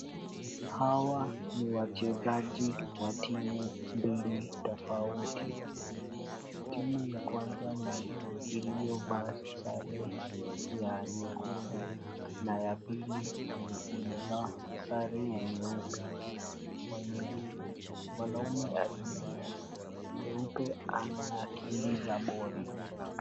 Hawa ni wachezaji wa timu mbili tofauti. Timu ya kwanza ni iliyovaa sare ya nyekundu na ya pili ni imevaa sare ya nyeupe. Mwanaume aliye na nyeupe anakimbiza boli.